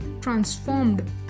transformed